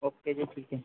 okay जी ठीक है